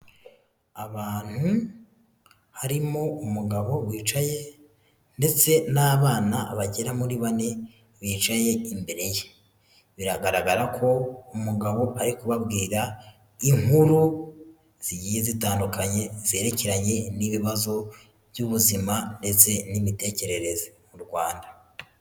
Abantu harimo umugabo wicaye ndetse n'abana bagera muri bane bicaye imbere ye, biragaragara ko umugabo ari kubabwira inkuru zigiye zitandukanye zerekeranye n'ibibazo by'ubuzima ndetse n'imitekerereze mu Rwanda.